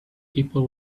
people